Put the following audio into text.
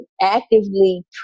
actively